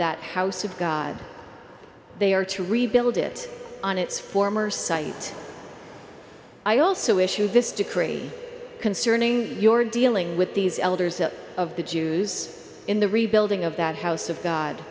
that house of god they are to rebuild it on its former site i also issued this decree concerning your dealing with these elders of the jews in the rebuilding of that house of god